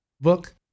book